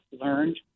learned